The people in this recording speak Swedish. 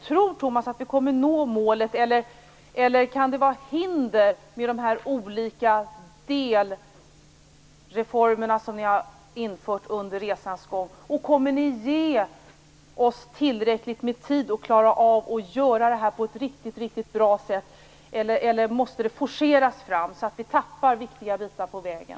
Tror Tomas Eneroth att vi kommer att nå målet, eller kan de olika delreformer ni har infört under resans gång vara hinder? Kommer ni ge oss tillräckligt med tid för att vi skall klara av att göra det på ett riktigt bra sätt, eller måste det forceras fram så att vi tappar viktiga bitar på vägen?